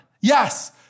Yes